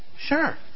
Sure